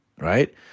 Right